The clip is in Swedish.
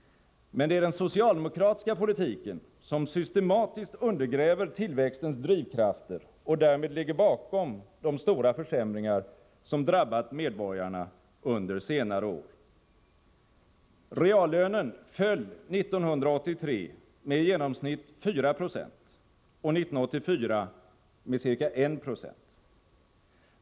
Men det är den socialdemokratiska politiken som systematiskt undergräver tillväxtens drivkrafter och därmed ligger bakom de stora försämringar som drabbat medborgarna under senare år. Reallönen föll 1983 med i genomsnitt 4 76 och 1984 med ca 1 26.